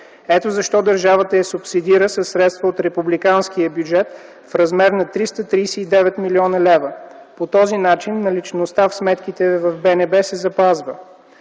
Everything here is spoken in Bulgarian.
Ето защо държавата я субсидира със средства от републиканския бюджет в размер на 339 млн. лв. По този начин наличността в сметките в БНБ се запазва.